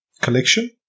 collection